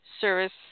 service